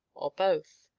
or both.